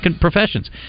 professions